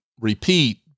repeat